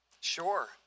Sure